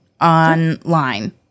online